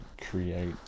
create